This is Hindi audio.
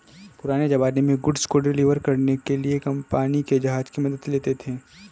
पुराने ज़माने में गुड्स को डिलीवर करने के लिए पानी के जहाज की मदद लेते थे